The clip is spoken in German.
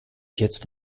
jetzt